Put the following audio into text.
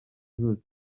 zose